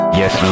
yes